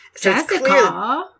Jessica